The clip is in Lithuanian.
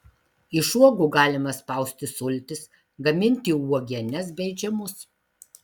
iš uogų galima spausti sultis gaminti uogienes bei džemus